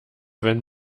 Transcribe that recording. wenn